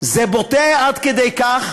זה בוטה עד כדי כך